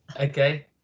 Okay